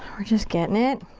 we're just getting it.